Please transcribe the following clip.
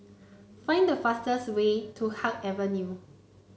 find the fastest way to Haig Avenue